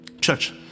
church